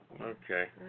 Okay